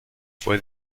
fue